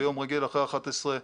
ביום רגיל אחרי 11,